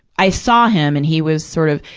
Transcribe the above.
i saw him. and he was sort of,